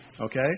Okay